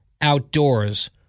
outdoors